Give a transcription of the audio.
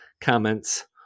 comments